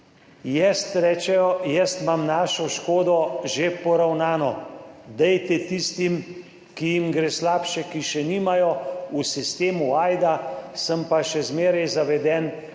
rečejo, jaz imam našo škodo že poravnano, dajte tistim, ki jim gre slabše, ki še nimajo, v sistemu Ajda sem pa še zmeraj zaveden,